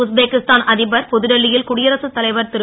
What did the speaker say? Uzbekistan அ பர் புதுடில்லி ல் குடியரசுத்தலைவர் ரு